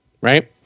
right